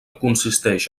consisteix